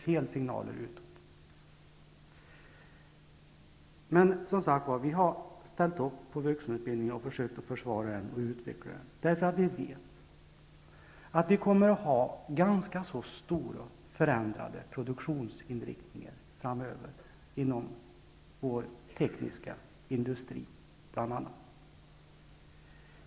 Vi vänsterpartister har ställt upp på vuxenutbildningen och försökt försvara och utveckla den. Vi vet nämligen att vi kommer att få ganska stora förändrade produktionsinriktningar inom bl.a. vår tekniska industri framöver.